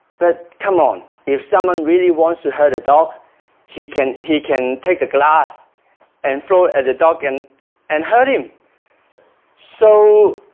but come on if someone really wants to hurt the dog he can he can take a glass and throw it at the dog and and hurt him so